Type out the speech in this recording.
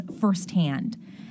firsthand